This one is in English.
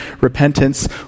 repentance